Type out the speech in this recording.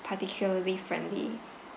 particularly friendly